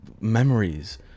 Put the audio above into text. memories